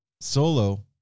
solo-